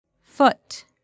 Foot